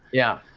yeah.